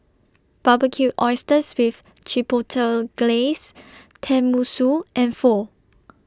Barbecued Oysters with Chipotle Glaze Tenmusu and Pho